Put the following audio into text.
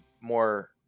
more